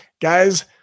Guys